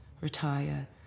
retire